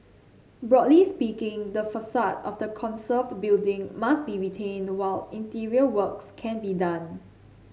broadly speaking the facade of the conserved building must be retained while interior works can be done